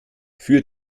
für